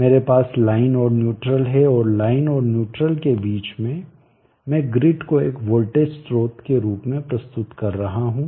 मेरे पास लाइन और न्यूट्रल हैं और लाइन और न्यूट्रल के बीच में मैं ग्रिड को एक वोल्टेज स्रोत के रूप में प्रस्तुत कर रहा हूं